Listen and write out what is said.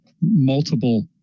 multiple